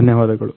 ಧನ್ಯವಾದಗಳು